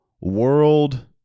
world